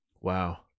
Wow